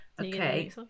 okay